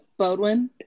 Bodwin